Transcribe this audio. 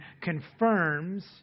confirms